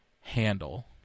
handle